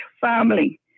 family